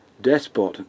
despot